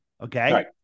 Okay